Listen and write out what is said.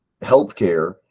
healthcare